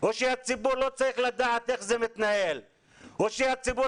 או שהציבור לא צריך לדעת איך זה מתנהל או שהציבור